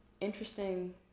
Interesting